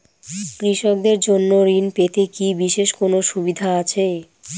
কৃষকদের জন্য ঋণ পেতে কি বিশেষ কোনো সুবিধা আছে?